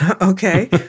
Okay